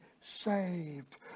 saved